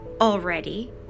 already